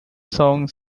song